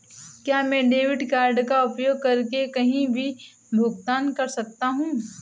क्या मैं debit card का उपयोग करके कहीं भी भुगतान कर सकता हूं?